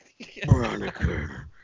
Broniker